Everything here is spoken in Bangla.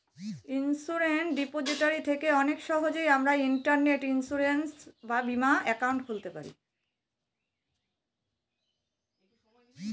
ইন্সুরেন্স রিপোজিটরি থেকে অনেক সহজেই আমরা ইন্টারনেটে ইন্সুরেন্স বা বীমা একাউন্ট খুলতে পারি